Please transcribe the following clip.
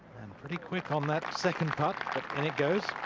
and pretty quick on that. second putt in it goes.